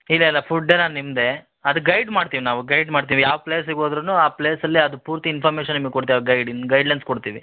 ಇಲ್ಲ ಇಲ್ಲ ಫುಡ್ಡೆಲ್ಲ ನಿಮ್ಮದೆ ಅದು ಗೈಡ್ ಮಾಡ್ತಿವಿ ನಾವು ಗೈಡ್ ಮಾಡ್ತೀವಿ ಯಾವ ಪ್ಲೇಸಿಗೆ ಹೋದ್ರೂನು ಆ ಪ್ಲೇಸಲ್ಲಿ ಅದು ಪೂರ್ತಿ ಇನ್ಫಾರ್ಮೇಶನ್ ನಿಮ್ಗ ಕೊಡ್ತೀವಿ ಆ ಗೈಡಿಂ ಗೈಡ್ಲೈನ್ಸ್ ಕೊಡ್ತೀವಿ